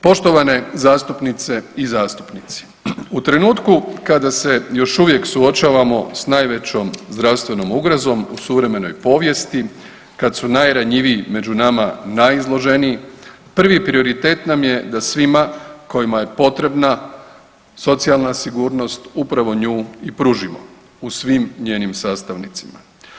Poštovane zastupnice i zastupnici, u trenutku kada se još uvijek suočavamo s najvećom zdravstvenom ugrozom u suvremenoj povijesti, kad su najranjiviji među nama najizloženiji, prvi prioritet nam je da svima kojima je potrebna socijalna sigurnost upravo nju i pružimo u svim njenim sastavnicama.